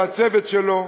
ולצוות שלו,